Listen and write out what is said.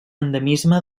endemisme